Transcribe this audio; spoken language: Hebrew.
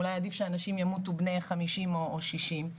אולי עדיף שאנשים ימותו בני חמישים או שישים,